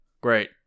great